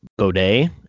Baudet